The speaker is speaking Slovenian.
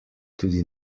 tudi